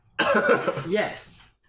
Yes